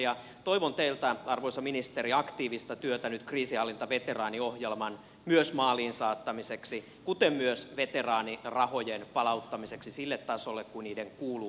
ja toivon teiltä arvoisa ministeri aktiivista työtä nyt myös kriisinhallintaveteraaniohjelman maaliin saattamiseksi kuten myös veteraanirahojen palauttamiseksi sille tasolle kuin niiden kuuluu olla